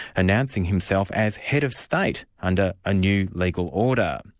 announcing himself as head of state under a new legal order.